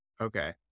okay